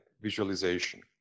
visualization